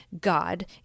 God